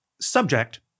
subject